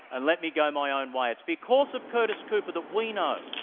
and let me go my own way. it's because of curtis cooper that we know,